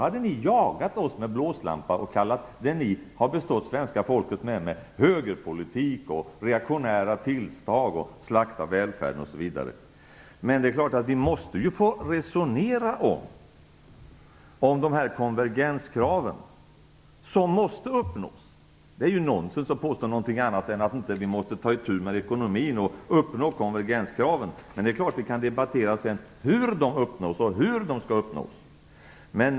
Hade vi gjort det hade ni jagat oss med blåslampa och kallat detta för högerpolitik och reaktionära tilltag, talat om att vi slaktade välfärden, osv. Men det är klart att vi måste få resonera om konvergenskraven, som måste uppnås - att påstå något annat än att vi måste ta itu med ekonomin och uppnå konvergenskraven är ju nonsens. Men det är klart att vi kan debattera hur de skall uppnås.